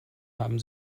haben